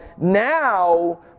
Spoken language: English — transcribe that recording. now